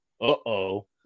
uh-oh